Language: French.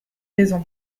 maison